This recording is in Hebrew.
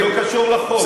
אז זה לא קשור לחוק.